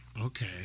Okay